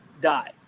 die